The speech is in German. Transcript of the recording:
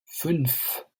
fünf